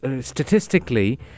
statistically